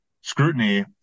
scrutiny